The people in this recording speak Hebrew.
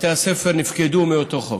בתי הספר נפקדו מאותו חוק.